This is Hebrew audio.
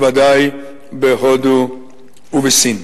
בוודאי בהודו ובסין.